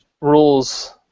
rules